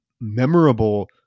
memorable